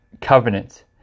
Covenant